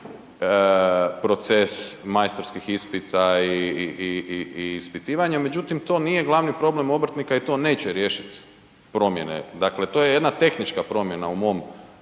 proces majstorskih ispita i ispitivanje. Međutim, to nije glavni problem obrtnika i to neće riješiti promjene, dakle to je jedna tehnička promjena u mom